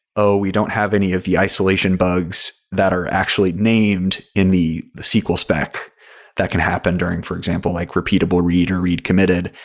oh, we don't have any of the isolation bugs that are actually named in the the sql spec that can happen during, for example, like repeatable read or read committed.